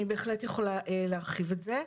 אני בהחלט יכולה להרחיב את זה.